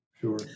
Sure